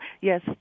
yes